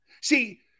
see